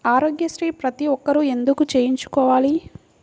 ఆరోగ్యశ్రీ ప్రతి ఒక్కరూ ఎందుకు చేయించుకోవాలి?